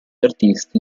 artisti